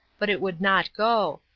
but it would not go,